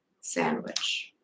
sandwich